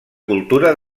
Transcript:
cultura